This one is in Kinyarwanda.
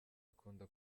akunda